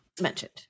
mentioned